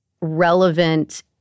relevant